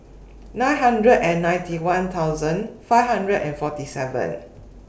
nine hundred and ninety one thousand five hundred and forty seven